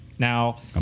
Now